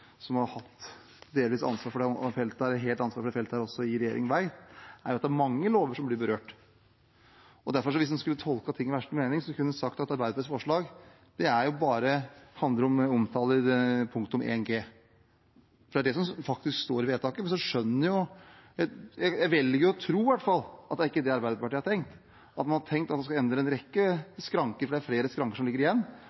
som har hatt delvis ansvar for dette feltet, eller helt ansvar for det i regjering, vet, er at det er mange lover som blir berørt. Hvis man skulle tolket ting i verste mening, kunne man sagt at Arbeiderpartiets forslag bare handler om punktet om 1 G. Det er det som faktisk står i vedtaket. Men jeg velger jo å tro at det ikke er det Arbeiderpartiet har tenkt, men at man har tenkt at man skal endre en rekke